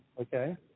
Okay